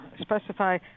specify